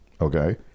Okay